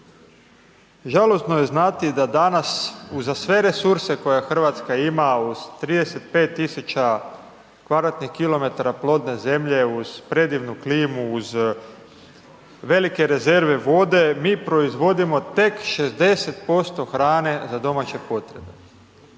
žalosno je znati da danas uza sve resurse koje RH ima uz 35 000 kvadratnih kilometara plodne zemlje uz predivnu klimu, uz velike rezerve vode, mi proizvodimo tek 60% hrane za domaće potrebe.